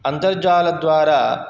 अन्तर्जालद्वारा